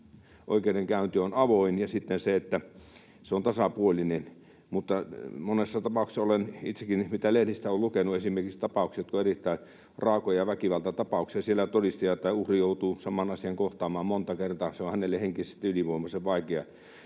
oikeudenkäynti on avoin, ja sitten se, että se on tasapuolinen. Mutta olen itsekin lehdistä lukenut esimerkiksi monista tapauksista, jotka ovat erittäin raakoja väkivaltatapauksia, että siellä todistaja tai uhri joutuu saman asian kohtaamaan monta kertaa. Se on hänelle henkisesti ylivoimaisen vaikeaa.